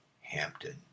Hampton